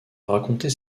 raconter